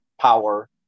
power